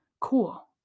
cool